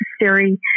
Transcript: necessary